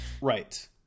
right